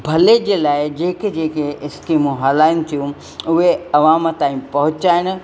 भले जे लाइ जेके जेके स्कीमूं हलाइनि थियूं उहे अवाम ताईं पहुचाइणु